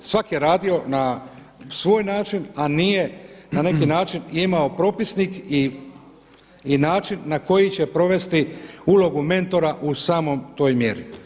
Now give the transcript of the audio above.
Svak' je radio na svoj način, a nije na neki način imao propisnik i način na koji će provesti ulogu mentora u samoj toj mjeri.